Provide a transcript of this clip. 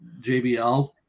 JBL